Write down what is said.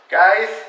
guys